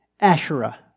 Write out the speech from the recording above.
Asherah